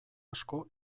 asko